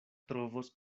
trovos